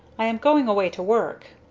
i am going away to work.